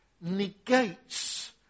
negates